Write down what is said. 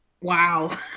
Wow